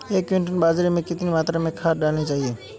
एक क्विंटल बाजरे में कितनी मात्रा में खाद डालनी चाहिए?